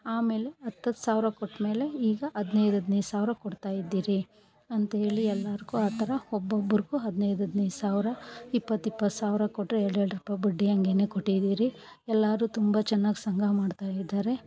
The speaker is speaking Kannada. ಆಮೇಲೆ ಹತ್ತತ್ತು ಸಾವಿರ ಕೊಟ್ಮೇಲೆ ಈಗ ಹದಿನೈದು ಹದಿನೈದು ಸಾವಿರ ಕೊಡ್ತಾಯಿದ್ದಿರಿ ಅಂತೇಳಿ ಎಲ್ಲಾರಿಗು ಆ ಥರ ಒಬ್ಬೊಬ್ಬರಿಗು ಹದಿನೈದು ಹದಿನೈದು ಸಾವಿರ ಇಪ್ಪತ್ತಿಪ್ಪತ್ತು ಸಾವಿರ ಕೊಟ್ಟರೆ ಎರಡು ಎರಡು ರೂಪಾಯಿ ಬಡ್ಡಿ ಹಂಗೇ ಕೊಟ್ಟಿದೀರಿ ಎಲ್ಲರು ತುಂಬ ಚೆನ್ನಾಗ್ ಸಂಘ ಮಾಡ್ತಾಯಿದ್ದಾರೆ